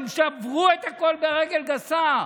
הם שברו את הכול ברגל גסה,